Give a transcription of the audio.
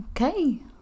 okay